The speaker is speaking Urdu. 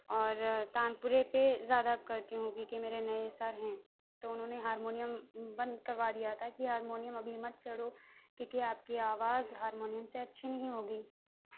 اور تان پورے پہ زیادہ کرتی ہوں کیوں کہ میرے نئے سر ہیں تو انہوں نے ہارمیونیم بند کروا دیا تھا کہ ہارمیونیم ابھی مت چڑھو کیوں کہ آپ کی آواز ہارمیونیم سے اچھی نہیں ہوگی